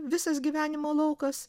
visas gyvenimo laukas